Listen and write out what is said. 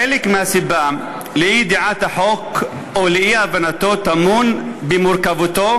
חלק מהסיבה לאי-ידיעת החוק או לאי-הבנתו טמון במורכבותו,